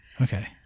Okay